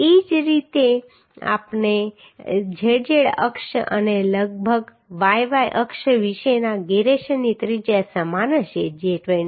એ જ રીતે z z અક્ષ અને લગભગ y y અક્ષ વિશેના ગિરેશનની ત્રિજ્યા સમાન હશે જે 27